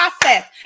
process